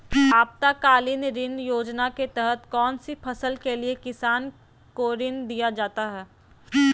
आपातकालीन ऋण योजना के तहत कौन सी फसल के लिए किसान को ऋण दीया जाता है?